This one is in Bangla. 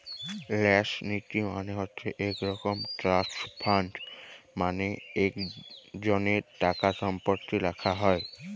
ল্যাস লীতি মালে হছে ইক রকম ট্রাস্ট ফাল্ড মালে ইকজলের টাকাসম্পত্তি রাখ্যা হ্যয়